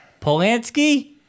Polanski